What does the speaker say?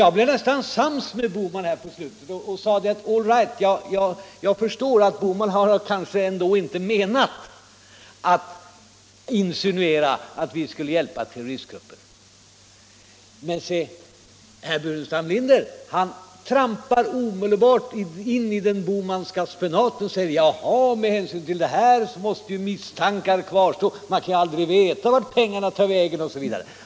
Jag blev nästan sams med herr Bohman på slutet och sade att jag förstod att han kanske inte menat att insinuera att vi skulle hjälpa terroristgrupper. Men herr Burenstam Linder trampar omedelbart in i den Bohmanska spenaten och säger: Jaha, med hänsyn till det här måste ju misstankar kvarstå, man kan aldrig veta vart pengarna tar vägen osv.